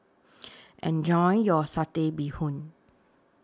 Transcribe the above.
Enjoy your Satay Bee Hoon